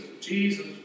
Jesus